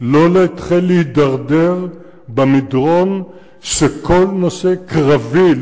לא להתחיל להידרדר במדרון שכל נושא קרבי,